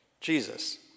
Jesus